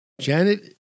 Janet